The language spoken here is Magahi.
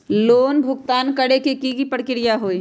लोन भुगतान करे के की की प्रक्रिया होई?